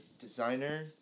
designer